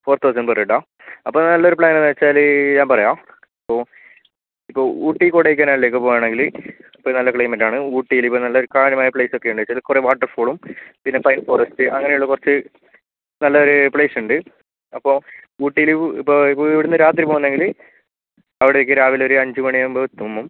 four thousand per ഹെഡാ അപ്പോൾ നല്ല ഒരു പ്ലാൻ എന്താണെന്നു വച്ചാൽ ഞാൻ പറയാം ഇപ്പോൾ ഇപ്പോൾ ഊട്ടി കൊടൈക്കനാലിലേക്ക് പോകുകയാണെങ്കിൽ ഇപ്പോൾ നല്ല ക്ലൈമറ്റ് ആണ് ഊട്ടിയിൽ ഇപ്പോൾ നല്ല കാര്യമായ പ്ളേസ് ഒക്കെ ഉണ്ട് കുറേ വാട്ടർഫോളും പിന്നെ പൈൻ ഫോറെസ്റ്റ് അങ്ങനെയുള്ള കുറച്ചു നല്ല ഒരു പ്ളേസുണ്ട് അപ്പോൾ ഊട്ടിയിൽ ഇപ്പോൾ ഇവിടെ നിന്നു രാത്രി പോകുന്നെങ്കിൽ അവിടേക്ക് രാവിലെ ഒരു അഞ്ചു മണിയാകുമ്പോൾ എത്തും